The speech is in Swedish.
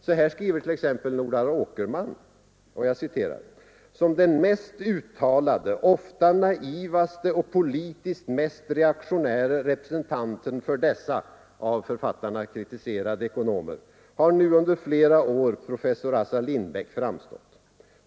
Så här skriver t.ex. Nordal Åkerman: ”Som den mest uttalade, ofta naivaste och politiskt mest reaktionäre representanten för dessa” — av författarna kritiserade — ”ekonomer har nu under flera år professor Assar Lindbeck framstått.